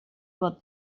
what